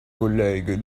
collègues